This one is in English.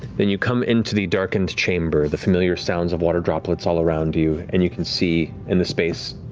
then you come into the darkened chamber, the familiar sounds of water droplets all around you, and you can see, in the space,